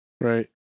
Right